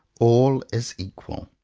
all is equal.